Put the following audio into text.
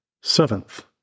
Seventh